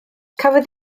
cafodd